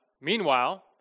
meanwhile